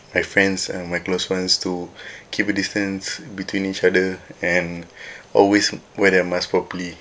my friends and close ones to keep a distance between each other and always wear their mask properly